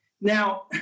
now